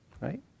Right